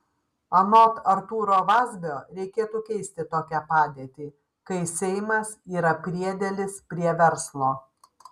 anot artūro vazbio reikėtų keisti tokią padėtį kai seimas yra priedėlis prie verslo